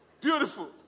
Beautiful